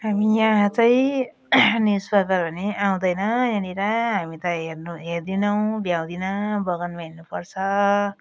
हामी यहाँ चाहिँ न्युजपेपरहरू नि आउँदैन यहाँनिर हामी त हेर्नु हेर्दैनौँ भ्याउदिनँ बगानमा हिँड्नुपर्छ